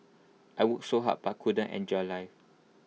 I worked so hard but couldn't enjoy life